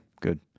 good